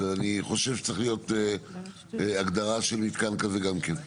אז אני חושב שצריכה להיות הגדרה של מתקן כזה גם כן.